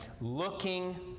Looking